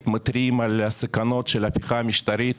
מתריעים על הסכנות של ההפיכה המשטרית